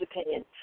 opinion